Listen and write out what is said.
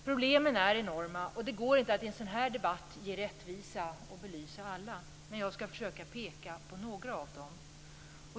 Problemen är enorma, och det går inte att i en sådan här debatt ge rättvisa och belysa alla, men jag skall försöka peka på några av dem.